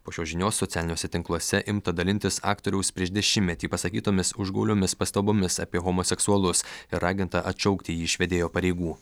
po šios žinios socialiniuose tinkluose imta dalintis aktoriaus prieš dešimtmetį pasakytomis užgauliomis pastabomis apie homoseksualus ir raginta atšaukti jį iš vedėjo pareigų